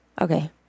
Okay